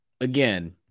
again